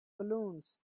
balloons